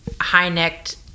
high-necked